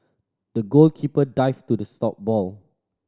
the goalkeeper dived to the stop ball